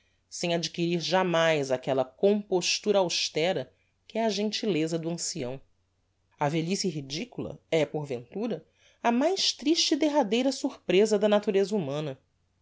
sem adquirir jamais aquella compostura austera que é a gentileza do ancião a velhice ridicula é porventura a mais triste e derradeira sorpresa da natureza humana